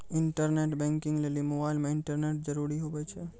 internet banking लेली mobile मे internet जरूरी हुवै छै